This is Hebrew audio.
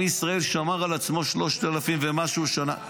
עם ישראל שמר על עצמו 3,000 ומשהו שנה.